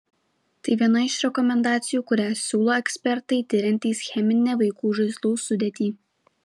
tai viena iš rekomendacijų kurią siūlo ekspertai tiriantys cheminę vaikų žaislų sudėtį